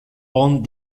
bon